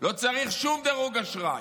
לא צריך שום דירוג אשראי: